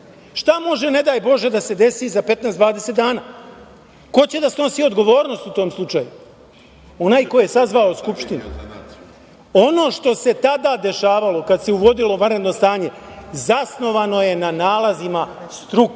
Šta može, ne daj Bože, da se desi za 15, 20 dana? Ko će da snosi odgovornost u tom slučaju? Onaj ko je sazvao Skupštinu. Ono što se tada dešavalo, kad se uvodilo vanredno stanje, zasnovano je na nalazima struke,